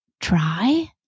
try